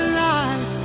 life